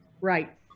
Right